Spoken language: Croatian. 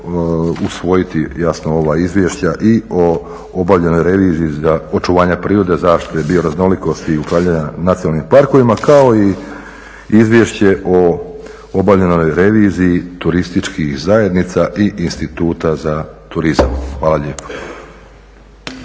usvojiti jasno ova izvješća i o obavljenoj reviziji za očuvanje prirodne zaštite bioraznolikosti i upravljanja nacionalnim parkovima, kao i Izvješće o obavljenoj reviziji turističkih zajednica i Instituta za turizam. Hvala lijepo.